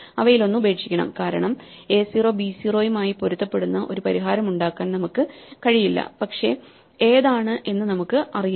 അവയിലൊന്ന് ഉപേക്ഷിക്കണം കാരണം എ 0 ബി 0 യുമായി പൊരുത്തപ്പെടുന്ന ഒരു പരിഹാരം ഉണ്ടാക്കാൻ നമുക്ക് കഴിയില്ല പക്ഷേ ഏതാണ് എന്ന് നമുക്ക് അറിയില്ല